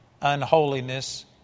unholiness